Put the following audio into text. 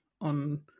on